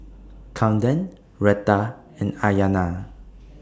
Kamden Retta and Aiyana